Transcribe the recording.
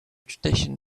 tradition